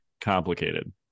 complicated